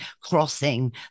crossing